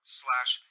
slash